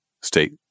state